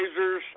lasers